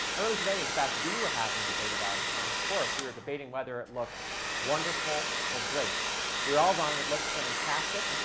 early today, in fact, we were having a debate about tom's course. we were debating whether it looks wonderful or great. we were all wrong. it looks fantastic. and